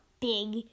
big